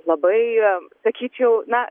labai sakyčiau na